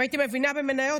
אם הייתי מבינה במניות,